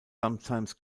sometimes